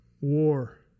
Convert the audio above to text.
war